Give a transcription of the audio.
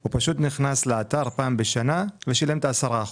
הוא פשוט נכנס לאתר, פעם בשנה, ושילם את ה-10%.